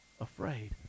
afraid